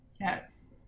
Yes